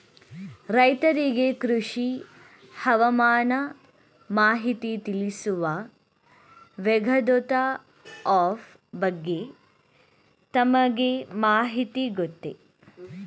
ರೈತರಿಗೆ ಕೃಷಿ ಹವಾಮಾನ ಮಾಹಿತಿ ತಿಳಿಸುವ ಮೇಘದೂತ ಆಪ್ ಬಗ್ಗೆ ತಮಗೆ ಮಾಹಿತಿ ಗೊತ್ತೇ?